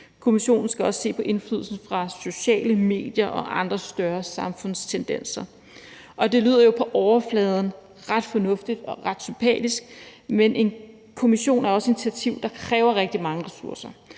Kommissionen skal også se på indflydelse fra sociale medier og andre større samfundstendenser. Det lyder jo på overfladen ret fornuftigt og ret sympatisk, men en kommission er også et initiativ, der kræver rigtig mange ressourcer,